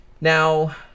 Now